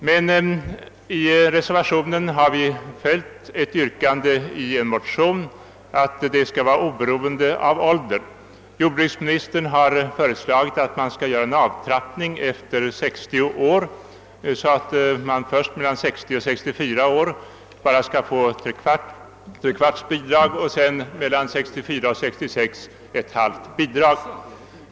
Men vi har i reservationen följt ett yrkande som framställts i en motion, att bidragen skall utgå oberoende av sökandens ålder. Jordbruksministern har föreslagit att det skall ske en avtrappning i bidragsgivningen när det gäller fiskare som uppnått 60 år. Fiskare i åldern mellan 60 och 64 år skall enligt förslaget bara få tre fjärdedelar av bidraget och i åldern mellan 64 och 66 år halvt bidrag.